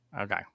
Okay